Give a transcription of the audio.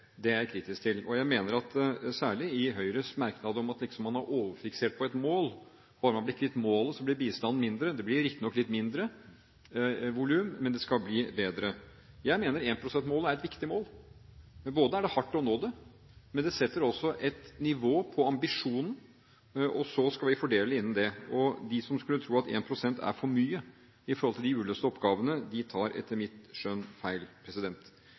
det, er jeg kritisk til, særlig Høyres merknad om at man liksom er overfiksert på et mål – bare man blir kvitt målet, så blir bistanden mindre, det blir riktignok litt mindre volum, men det skal bli bedre. Jeg mener 1 pst.-målet er et viktig mål. Det er hardt å nå det, og det setter også et nivå på ambisjonen, og så skal vi fordele innenfor den. De som tror at 1 pst. er for mye i forhold til de uløste oppgavene, tar etter mitt skjønn feil.